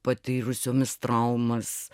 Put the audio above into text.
patyrusiomis traumas